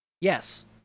Yes